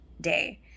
day